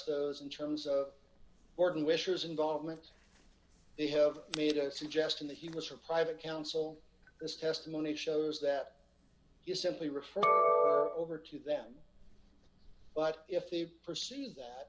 those in terms of organ wishers involvement they have made a suggestion that he was for private counsel this testimony d shows that you simply refer over to them but if they perceive that